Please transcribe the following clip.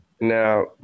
Now